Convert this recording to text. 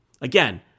Again